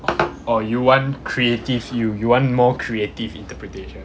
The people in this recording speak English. or you want creative you you want more creative interpretation